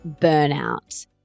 burnout